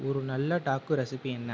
ஒரு நல்ல taco recipe என்ன